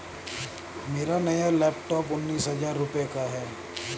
मेरा नया लैपटॉप उन्नीस हजार रूपए का है